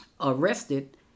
arrested